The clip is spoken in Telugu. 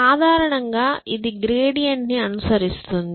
సాధారణంగా ఇది గ్రేడియంట్ ని అనుసరిస్తుంది